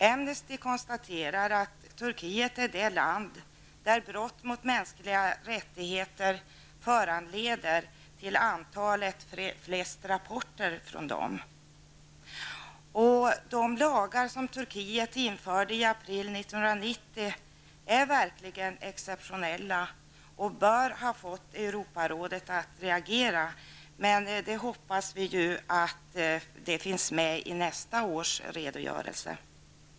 Amnesty konstaterar att Turkiet är det land där brott mot mänskliga rättigheter föranleder till antalet flest rapporter från Amnesty. De lagar som Turkiet införde i april 1990 är verkligen exceptionella och borde ha fått Europarådet att reagera. Men vi får hoppas att det finns med något i nästa års redogörelse.